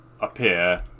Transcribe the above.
appear